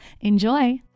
Enjoy